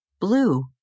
Blue